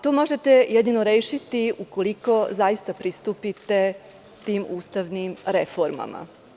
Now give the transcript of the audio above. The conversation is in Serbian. To možete jedino rešiti ukoliko zaista pristupite tim ustavnim reformama.